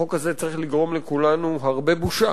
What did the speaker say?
החוק הזה צריך לגרום לכולנו הרבה בושה.